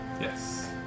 Yes